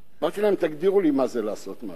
אמרתי להם: תגדירו לי מה זה "לעשות משהו".